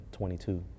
22